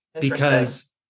because-